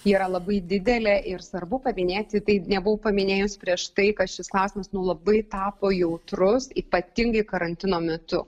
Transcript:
yra labai didelė ir svarbu paminėti tai nebuvau paminėjus prieš tai kad šis klausimas nu labai tapo jautrus ypatingai karantino metu